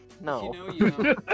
no